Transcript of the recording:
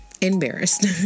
embarrassed